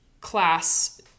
class